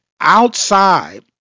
outside